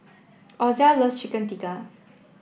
Ozell loves Chicken Tikka